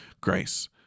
grace